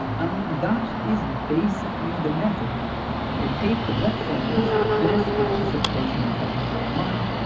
and that is basically the method locate the rough zones, finesse with precipitation and temperature in mind,